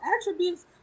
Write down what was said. attributes